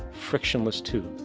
frictionless tube,